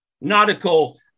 nautical